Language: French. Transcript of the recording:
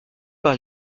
par